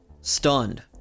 stunned